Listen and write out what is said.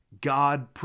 God